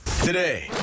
today